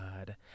God